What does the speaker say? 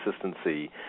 consistency